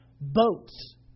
boats